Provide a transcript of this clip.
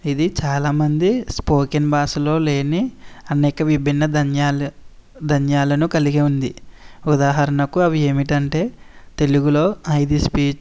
ఇది చాలా మంది స్పోకెన్ భాషలో లేని అనేక విభిన్న ద్వనులు ద్వనులను కలిగి ఉంది ఉదాహరణకు అవి ఏంటంటే తెలుగులో హై స్పీచ్